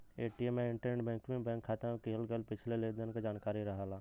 ATM या internet banking में bank खाता में किहल गयल पिछले लेन देन क जानकारी रहला